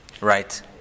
Right